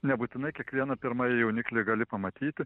nebūtinai kiekvieną pirmąjį jauniklį gali pamatyti